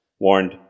warned